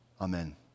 Amen